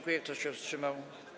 Kto się wstrzymał?